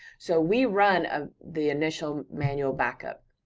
so we run ah the initial manual backup,